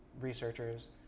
researchers